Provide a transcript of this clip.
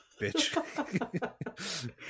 bitch